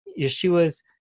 Yeshua's